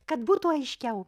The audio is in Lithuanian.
kad būtų aiškiau